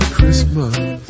Christmas